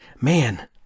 Man